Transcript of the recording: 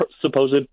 supposed